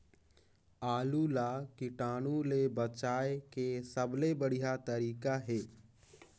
आलू ला कीटाणु ले बचाय के सबले बढ़िया तारीक हे?